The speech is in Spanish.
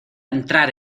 entrar